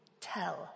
tell